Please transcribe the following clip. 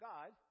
God